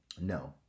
no